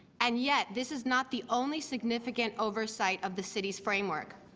and yet this is not the only significant oversight of the city's framework.